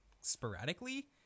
sporadically